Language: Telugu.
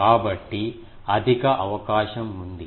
కాబట్టి అధిక అవకాశం ఉంది